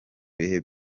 bihe